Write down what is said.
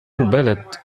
البلد